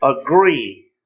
agree